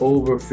Over